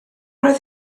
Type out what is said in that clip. oedd